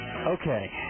Okay